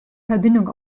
verbindung